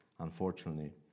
unfortunately